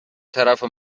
طرف